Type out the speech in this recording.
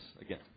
again